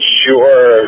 sure